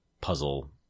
puzzle